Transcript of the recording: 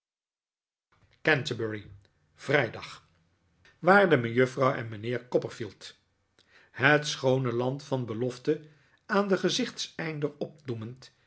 canterbury vrijdag waarde mejuffrouw en mijnheer copperfield het scnoone land van belofte aan den gezichteinder opdoemend